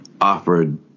offered